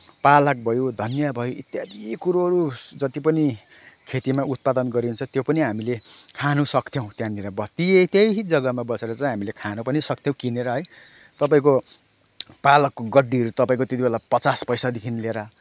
पालक भयो धनियाँ भयो इत्यादि कुरोहरू जत्ति पनि खेतीमा उत्पादन गरिन्छ त्यो पनि हामीले खान सक्थ्यौँ त्यहाँनिर त्यहीँ जग्गामा बसेर चाहिँ हामीले खान पनि सक्थ्यौँ किनेर है तपाईँको पालकको गड्डीहरू तपाईँको त्यत्तिबेला पचास पैसादेखि लिएर